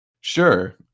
sure